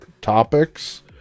topics